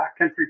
backcountry